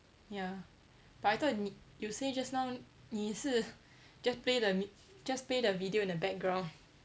ya but I thought 你 you say just now 你是 just play the just play the video in the background